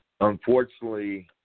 unfortunately